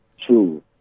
True